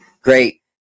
great